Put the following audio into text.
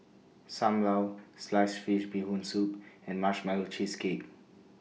SAM Lau Sliced Fish Bee Hoon Soup and Marshmallow Cheesecake